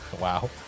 Wow